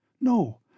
No